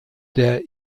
der